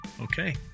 Okay